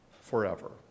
forever